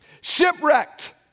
shipwrecked